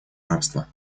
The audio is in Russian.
рабства